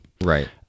right